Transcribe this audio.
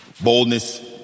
Boldness